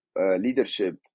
leadership